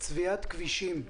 צביעת הכבישים,